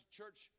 church